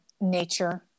nature